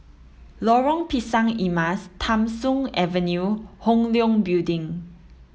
Lorong Pisang Emas Tham Soong Avenue and Hong Leong Building